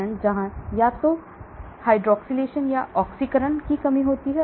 चरण 1 जहां या तो हाइड्रॉक्सिलेशन या ऑक्सीकरण कमी होती है